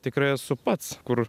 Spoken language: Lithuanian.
tikrai esu pats kur